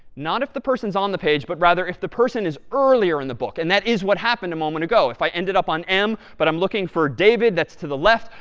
not if the person's on the page but, rather if the person is earlier in the book and that is what happened a moment ago. if i ended up on m, but i'm looking for david, that's to the left,